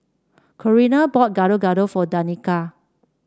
Corrina bought Gado Gado for Danika